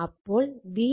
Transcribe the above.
അപ്പോൾ v didt